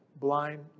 Blind